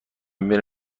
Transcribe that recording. میره